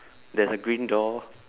there's a green door